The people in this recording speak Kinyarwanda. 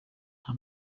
nta